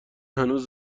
هنوز